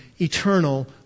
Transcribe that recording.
eternal